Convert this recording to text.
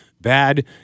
bad